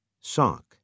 Sock